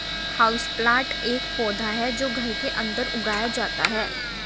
houseplant एक पौधा है जो घर के अंदर उगाया जाता है